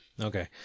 Okay